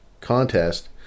contest